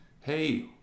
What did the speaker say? hey